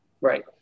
Right